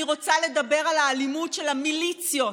אני רוצה לדבר על האלימות של המליציות